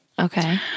Okay